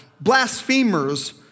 blasphemers